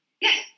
Yes